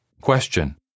Question